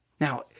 Now